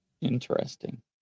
Interesting